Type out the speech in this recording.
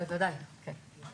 בוודאי, כן.